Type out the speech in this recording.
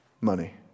money